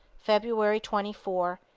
february twenty four,